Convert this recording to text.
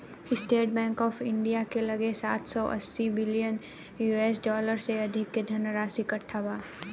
estate Bank of India के लगे सात सौ अस्सी बिलियन यू.एस डॉलर से अधिक के धनराशि इकट्ठा बा